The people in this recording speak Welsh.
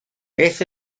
beth